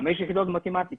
חמש יחידות במתמטיקה,